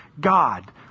God